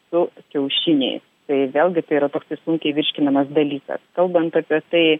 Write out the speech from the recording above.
su kiaušiniais tai vėlgi tai yra toksai sunkiai virškinamas dalykas kalbant apie tai